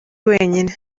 wenyine